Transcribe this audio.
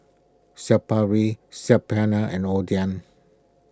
Papri Saag Paneer and Oden